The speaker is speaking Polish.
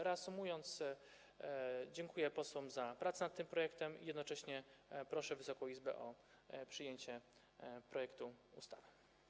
Reasumując, dziękuję posłom za pracę nad tym projektem i jednocześnie proszę Wysoką Izbę o przyjęcie projektu ustawy.